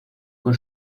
con